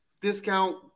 discount